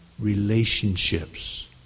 relationships